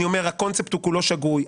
לכן אני אומר שהקונספט כולו הוא שגוי,